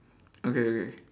okay wait